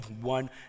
one